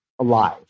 alive